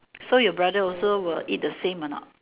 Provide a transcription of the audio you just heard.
so your brother also will eat the same a not